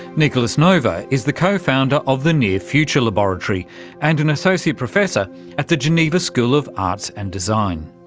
nicolas nova is the co-founder of the near future laboratory and an associate professor at the geneva school of arts and design.